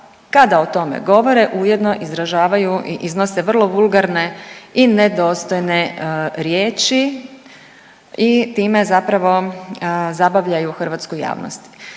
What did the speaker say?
kada o tome govore ujedno izražavaju i iznose vrlo vulgarne i nedostojne riječi i time zapravo zabavljaju hrvatsku javnost.